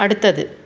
அடுத்தது